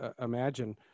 imagine